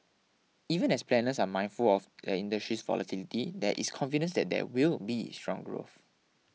even as planners are mindful of the industry's volatility there is confidence that there will be strong growth